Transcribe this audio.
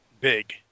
big